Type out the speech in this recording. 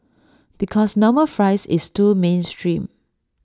because normal fries is too mainstream